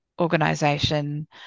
organization